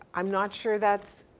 i'm not sure that's,